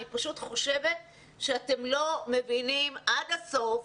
אני פשוט חושבת שאתם לא מבינים עד הסוף,